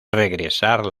regresar